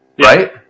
Right